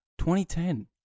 2010